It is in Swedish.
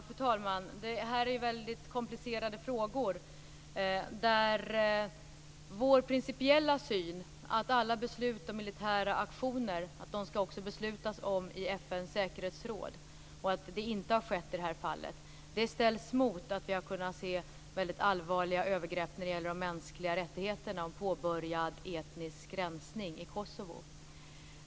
Fru talman! Det gäller här väldigt komplicerade frågor. Vår principiella syn är den att alla beslut om aktioner skall beslutas i FN:s säkerhetsråd. Att så inte har skett i det här fallet kan ställas mot att vi har kunnat se väldigt allvarliga övergrepp på de mänskliga rättigheterna och en påbörjad etnisk rensning i Kosovo.